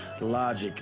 logic